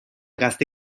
gazte